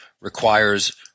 requires